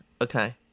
okay